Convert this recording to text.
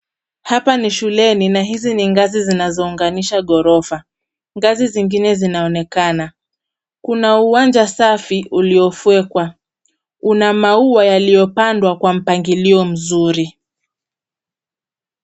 Hapa ni shuleni na hizi ni ngazi zinazounganisha ghorofa. Ngazi zingine zinaonekana. Kuna uwanja safi uliofyekwa. Una maua yaliyopandwa kwa mpangilio mzuri.